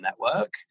network